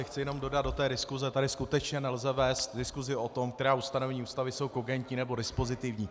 Chci jenom dodat do té diskuse tady skutečně nelze vést diskusi o tom, která ustanovení Ústavy jsou kogentní nebo dispozitivní.